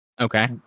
Okay